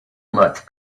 much